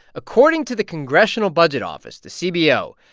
according to the congressional budget office, the cbo,